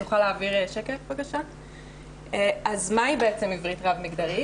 מהי, בעצם, עברית רב-מגדרית?